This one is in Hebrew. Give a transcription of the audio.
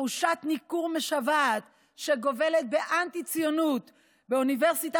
תחושת ניכור משוועת שגובלת באנטי-ציונות באוניברסיטה